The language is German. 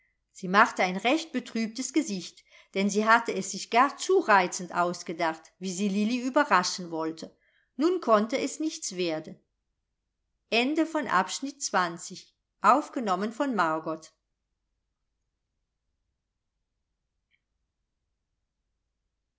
sie machte ein recht betrübtes gesicht denn sie hatte es sich gar zu reizend ausgedacht wie sie lilli überraschen wollte nun konnte es nichts werden